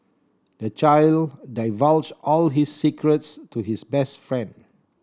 the child divulged all his secrets to his best friend